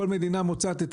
כל מדינה מוצאת את